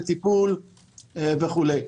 לטיפול וכולי.